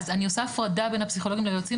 אני עושה הפרדה בין הפסיכולוגים ליועצים,